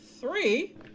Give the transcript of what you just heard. three